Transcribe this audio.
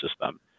system